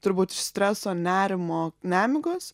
turbūt iš streso nerimo nemigos